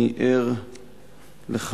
אני ער לכך